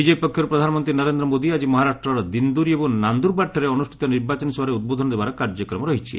BJP ପକ୍ଷର୍ ପ୍ରଧାନମନ୍ତ୍ରୀ ନରେନ୍ଦ୍ର ମୋଦି ଆଜି ମହାରାଷ୍ଟ୍ରର ଦିନ୍ଦୋରି ଏବଂ ନାନ୍ଦୁର୍ବାର୍ଠାରେ ଅନୁଷ୍ଠିତ ନିର୍ବାଚନୀ ସଭାରେ ଉଦ୍ବୋଧନ ଦେବାର କାର୍ଯ୍ୟକ୍ରମ ରହିଛି